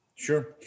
Sure